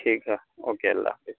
ٹھیک ہے اوکے اللہ حفظ